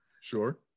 Sure